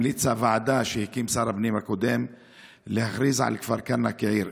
המליצה הוועדה שהקים שר הפנים הקודם להכריז על כפר כנא כעיר.